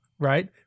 right